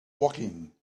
woking